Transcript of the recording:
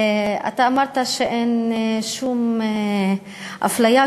אתה אמרת שאין שום אפליה,